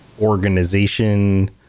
organization